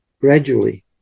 gradually